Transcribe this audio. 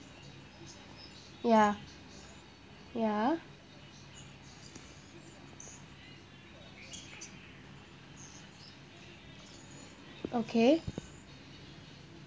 ya ya okay